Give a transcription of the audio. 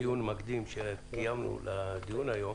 בדיון מקדים שקיימנו לפני הדיון היום,